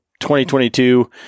2022